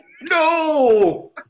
no